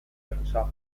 acusada